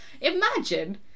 imagine